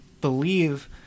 Believe